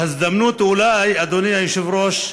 בהזדמנות, אולי, אדוני היושב-ראש,